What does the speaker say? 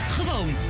Gewoon